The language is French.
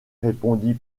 répondit